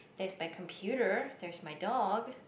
there's my computer there's my dog